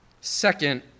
second